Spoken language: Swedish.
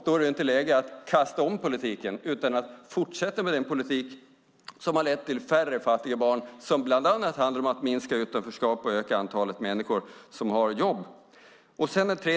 Då är det ju inte läge att kasta om politiken, utan vi ska fortsätta med den politik som har lett till färre fattiga barn och som bland annat handlar om att minska utanförskap och öka antalet människor som har jobb.